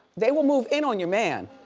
they will move in on your man,